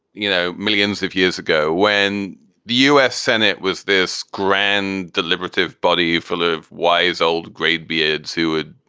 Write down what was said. you know, millions of years ago when the us senate was this grand deliberative body, filyaw, wise old gray beards, who would,